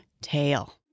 tail